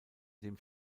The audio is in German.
dem